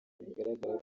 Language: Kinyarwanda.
bigaragara